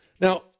Now